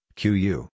qu